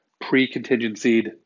pre-contingency